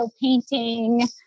painting